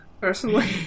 personally